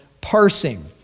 parsing